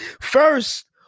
First